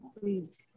please